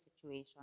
situation